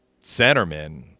centerman